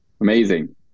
Amazing